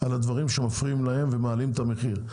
לדברים שמפריעים להם ומעלים את המחיר.